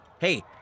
Hey